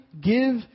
give